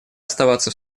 оставаться